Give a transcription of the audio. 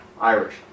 Irish